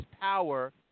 power